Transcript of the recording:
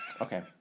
Okay